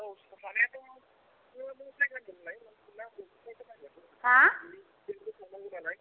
औ हानायाथ' नोंङो मा जायगानि मोनलाय नों नामखौ नों खिनथागोरनांगोन हा गुरि जोंसो थांनांगौ नालाय